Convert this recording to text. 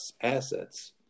assets